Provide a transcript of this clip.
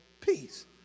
peace